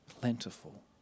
plentiful